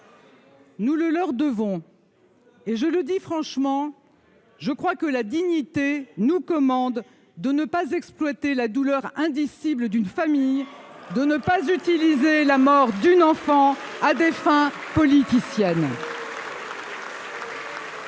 Nous le leur devons et je le dis franchement : je crois que la dignité nous commande de ne pas exploiter la douleur indicible d'une famille de ne pas utiliser la mort d'une enfant à des fins politiciennes.